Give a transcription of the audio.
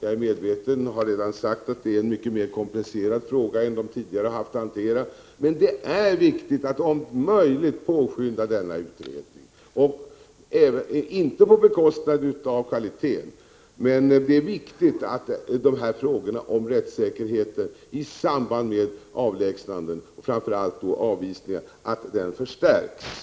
Jag är medveten om — det har jag redan sagt — att denna fråga är mycket mer komplicerad än man tidigare insett, men det är ändå viktigt att om möjligt påskynda denna utredning, dock inte på bekostnad av kvaliteten. Det är viktigt att rättssäkerheten i samband med avlägsnanden och framför allt avvisningar förstärks.